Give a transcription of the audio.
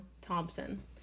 thompson